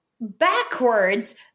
backwards